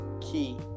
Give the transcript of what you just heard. key